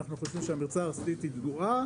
אנחנו חושבים שהמכסה הארצית היא קבועה,